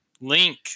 Link